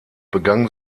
begann